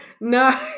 No